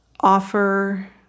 offer